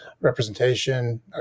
representation